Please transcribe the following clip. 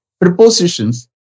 prepositions